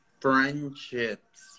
friendships